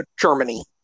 Germany